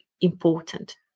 important